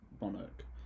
Monarch